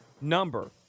number